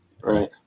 right